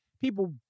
people